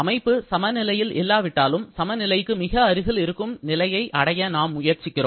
அமைப்பு சமநிலையில் இல்லாவிட்டாலும் சமநிலைக்கு மிக அருகில் இருக்கும் நிலையை அடைய நாம் முயற்சிக்கிறோம்